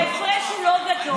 מיכאל, ההפרש הוא לא גדול.